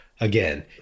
again